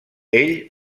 ell